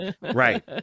Right